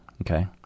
Okay